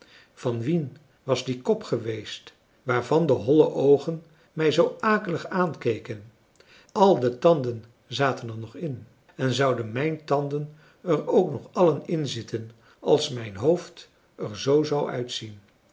van wien was die kop geweest waarvan de holle oogen mij zoo akelig aankeken al de tanden zaten er nog in en zouden mijn tanden er ook nog allen in zitten als mijn hoofd er zoo zou uitzien